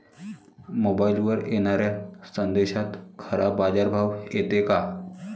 मोबाईलवर येनाऱ्या संदेशात खरा बाजारभाव येते का?